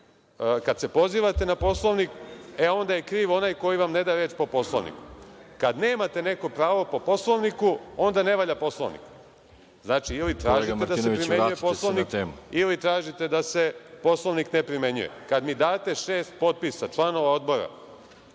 kada se pozivate na Poslovnik onda je kriv onaj koji vam ne da reč po Poslovniku, kada nemate neko pravo po Poslovniku onda ne valja Poslovnik. Znači, ili tražite da se primenjuje Poslovnik ili tražite da se Poslovnik ne primenjuje. **Veroljub Arsić** Kolega Martinoviću,